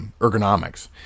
ergonomics